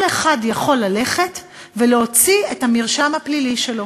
כל אחד יכול ללכת ולהוציא את המרשם הפלילי שלו.